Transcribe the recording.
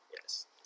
Yes